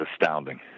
astounding